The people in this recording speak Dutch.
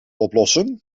oplossen